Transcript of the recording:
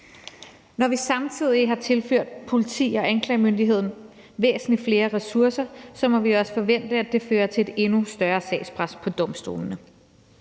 Når vi samtidig har tilført politiet og anklagemyndigheden væsentlig flere ressourcer, må vi også forvente, at det fører til et endnu større sagspres på domstolene.